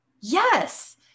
Yes